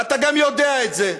ואתה גם יודע את זה.